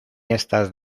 estas